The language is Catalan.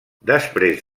després